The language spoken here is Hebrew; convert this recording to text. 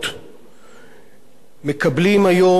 מקבלים היום קצת אוויר לנשימה,